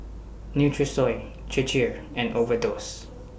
Nutrisoy Chir Chir and Overdose